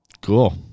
Cool